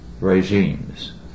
regimes